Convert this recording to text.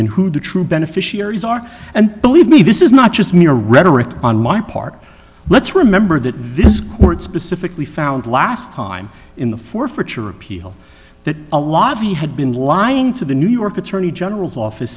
and who the true beneficiaries are and believe me this is not just mere rhetoric on my part let's remember that this court specifically found last time in the forfeiture appeal that a lot of the had been lying to the new york attorney general's office